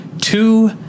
two